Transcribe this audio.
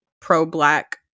pro-black